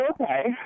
okay